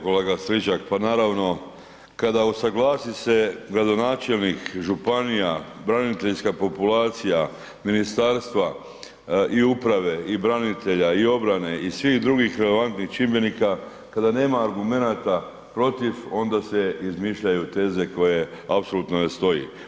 Kolega Stričak, pa naravno kada usaglasi se gradonačelnik županija, braniteljska populacija, ministarstva i uprave i branitelja i obrane i svih drugih relevantnih čimbenika, kada nema argumenata protiv onda se izmišljaju teze koje apsolutno ne stoji.